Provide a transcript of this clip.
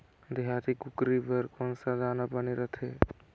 देहाती कुकरी बर कौन सा दाना बने रथे?